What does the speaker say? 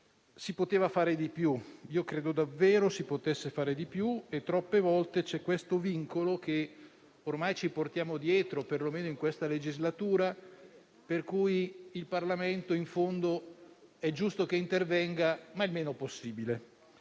il testo è migliorato, ma credo davvero che si potesse fare di più. Troppe volte c'è questo vincolo, che ormai ci portiamo dietro, perlomeno in questa legislatura, per cui il Parlamento in fondo è giusto che intervenga, ma il meno possibile.